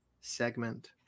segment